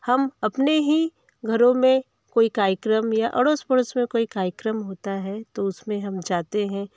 हम अपने ही घरों में कोई कार्यक्रम या अड़ोस पड़ोस में कोई कार्यक्रम होता है तो उमसें हम जाते हैं